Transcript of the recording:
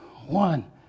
One